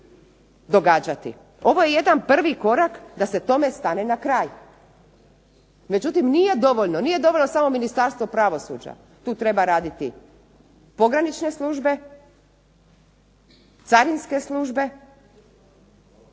događati. Ovo je jedan prvi korak da se tome stane na kraj. Međutim, nije dovoljno samo Ministarstvo pravosuđa, tu treba raditi pogranične službe, carinske službe